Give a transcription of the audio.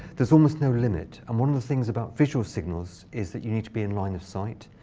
there's almost no limit. and one of the things about visual signals is that you need to be in line of sight.